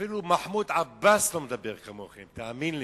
אפילו מחמוד עבאס לא מדבר כמוכם, תאמין לי.